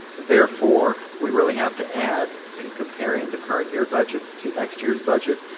and therefore, we really have to add in comparing the current year budget to next year's budget,